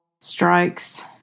strikes